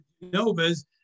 Nova's